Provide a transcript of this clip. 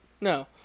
No